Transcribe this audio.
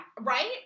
Right